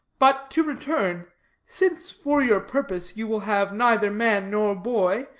but to return since, for your purpose, you will have neither man nor boy,